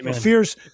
fears